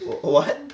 wh~ what